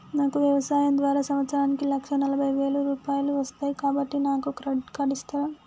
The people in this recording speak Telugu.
నాకు వ్యవసాయం ద్వారా సంవత్సరానికి లక్ష నలభై వేల రూపాయలు వస్తయ్, కాబట్టి నాకు క్రెడిట్ కార్డ్ ఇస్తరా?